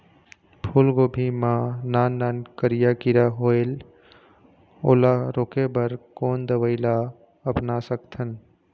फूलगोभी मा नान नान करिया किरा होयेल ओला रोके बर कोन दवई ला अपना सकथन?